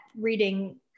reading